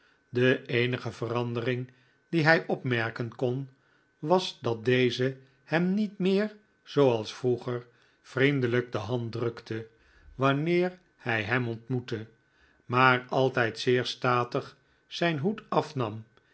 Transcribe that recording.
de eenige verandering die hij opmerkenkon was dat deze hem niet meer zooals vroeger vriendelijk de hand drukte wanneer hij hem ontmoette maar altijd zeer statig zijn hoed afnam